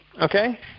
Okay